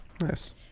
Nice